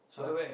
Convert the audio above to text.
!huh!